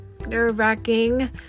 nerve-wracking